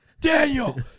Daniel